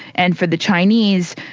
and for the chinese,